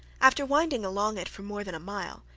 after winding along it for more than a mile,